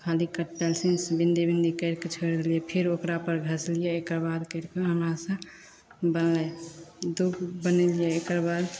खाली कट पेन्सिलसे बिन्दी बिन्दी करिके छोड़ि देलिए फेरो ओकरापर घसलिए ओकर बाद फिर भी हमरासे बनलै दुइ बनेलिए एकर बाद